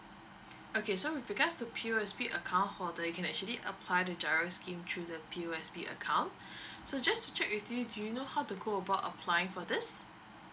okay so with regards to P_O_S_B account holder you can actually apply the G_I_R_O scheme through the P_O_S_B account so just to check with you do you know how to go about applying for this